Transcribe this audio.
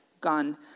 gone